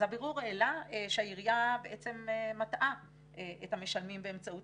הבירור העלה שהעירייה מטעה את המשלמים באמצעות